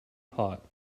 hot